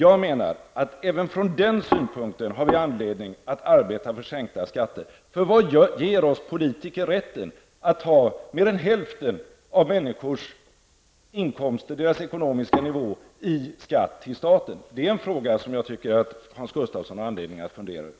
Jag menar att vi även från den synpunkten har anledning att arbeta för sänkta skatter. Vad ger oss politiker rätt att ta mer än hälften av människors inkomster, deras ekonomiska nivå, i skatt till staten? Det är en fråga som jag tycker att Hans Gustfasson har anledning att fundera över.